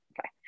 Okay